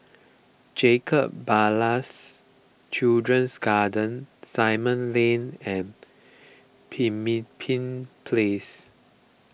Jacob Ballas Children's Garden Simon Lane and Pemimpin Place